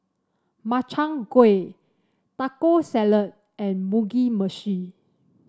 Makchang Gui Taco Salad and Mugi Meshi